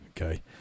okay